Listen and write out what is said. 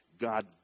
God